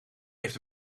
heeft